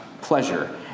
pleasure